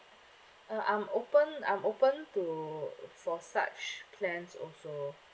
uh I'm open I'm open to for such plans also